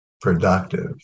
productive